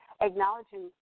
acknowledging